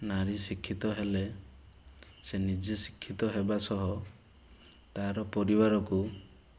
ନାରୀ ଶିକ୍ଷିତ ହେଲେ ସେ ନିଜେ ଶିକ୍ଷିତ ହେବା ସହ ତା'ର ପରିବାରକୁ